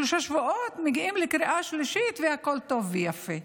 שלושה שבועות לקריאה שלישית והכול טוב ויפה.